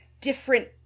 different